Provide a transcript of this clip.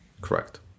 Correct